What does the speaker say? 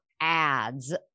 ads